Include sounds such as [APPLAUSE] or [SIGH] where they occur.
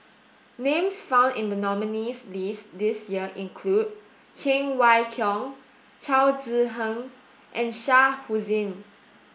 names found in the nominees' list this year include Cheng Wai Keung Chao Tzee [UNINTELLIGIBLE] and Shah Hussain